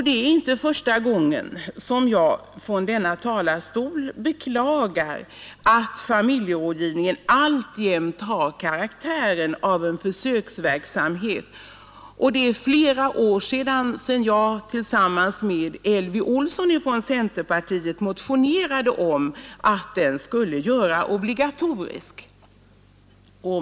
Det är inte första gången som jag från denna talarstol beklagar att familjerådgivningen alltjämt har karaktären av försöksverksamhet. Det är flera år sedan jag första gången tillsammans med Elvy Olsson från centerpartiet motionerade om att den skulle göras obligatorisk.